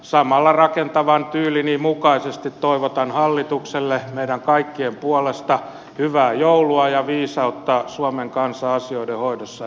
samalla rakentavan tyylini mukaisesti toivotan hallitukselle meidän kaikkien puolesta hyvää joulua ja viisautta suomen kansan asioiden hoidossa ensi vuonna